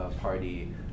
party